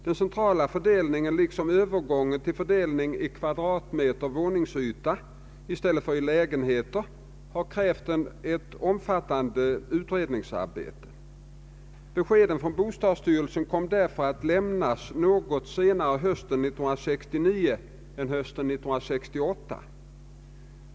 Den centrala fördelningen liksom övergången till fördelning i kvadratmeter våningsyta i stället för i lägenheter har krävt ett omfattande utredningsarbete. Beskeden från bostadsstyrelsen kom därför att lämnas något senare hösten 1969 än hösten 1968.